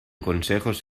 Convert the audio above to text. consejos